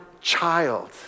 child